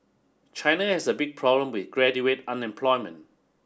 China has a big problem with graduate unemployment